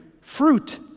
fruit